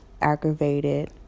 aggravated